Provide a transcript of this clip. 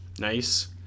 nice